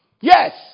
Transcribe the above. Yes